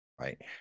Right